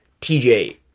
TJ